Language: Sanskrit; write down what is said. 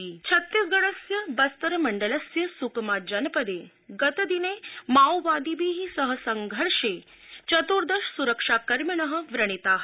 छत्तीसगढ़ छत्तीसगढ़स्य बस्तर मण्डलस्य सुकमा जनपदे गतदिने माओवादिभिः सह संघर्षे चतुर्दश सुरक्षाकर्मिणः व्रणिताः